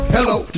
Hello